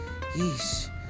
Yeesh